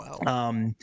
Wow